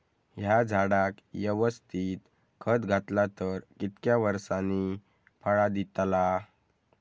हया झाडाक यवस्तित खत घातला तर कितक्या वरसांनी फळा दीताला?